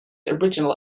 original